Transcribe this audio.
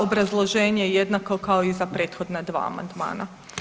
Obrazloženje je jednako kao iza prethodna dva amandmana.